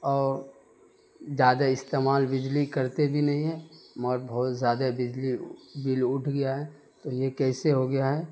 اور زیادہ استعمال بجلی کرتے بھی نہیں ہیں مگر بہت زیادہ بجلی بل اٹھ گیا ہے تو یہ کیسے ہوگیا ہے